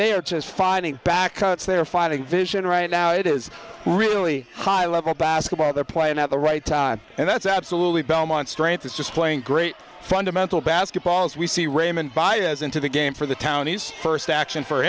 they are just fighting back cuts they're fighting vision right now it is really high level basketball they're playing at the right time and that's absolutely belmont strength is just playing great fundamental basketball as we see raymond baez into the game for the townies first action for